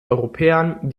europäern